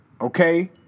Okay